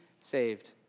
saved